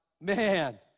man